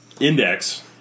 index